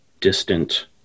distant